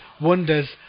wonders